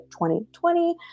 2020